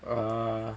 err